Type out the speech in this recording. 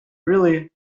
really